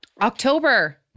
October